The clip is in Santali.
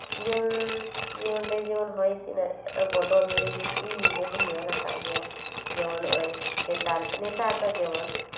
ᱤᱧᱟᱹᱜ ᱡᱤᱭᱚᱱ ᱨᱮ ᱡᱮᱢᱚᱱ ᱦᱚᱭ ᱦᱤᱸᱥᱤᱫ ᱵᱚᱫᱚᱞᱤᱧ ᱤᱧ ᱱᱤᱡᱮ ᱦᱚᱧ ᱧᱮᱞ ᱟᱠᱟᱫ ᱜᱮᱭᱟ ᱡᱮᱢᱚᱱ ᱱᱚᱜᱼᱚᱭ ᱱᱮᱛᱟᱨ ᱫᱚ ᱡᱮᱢᱚᱱ